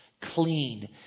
clean